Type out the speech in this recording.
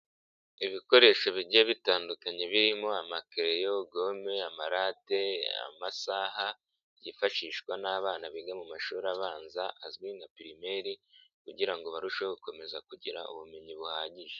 Ibikoresho bijya bitandukanye birimo amakereleyogome amarade amasaha byifashishwa n'abana biga mu mashuri abanza azwi nka pirimeri kugira ngo barusheho gukomeza kugira ubumenyi buhagije.